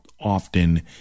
often